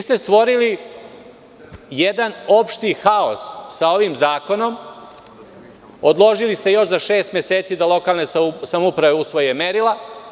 Stvorili ste jedan opšti haos sa ovim zakonom, odložili ste još za šest meseci da lokalne samouprave usvoje merila.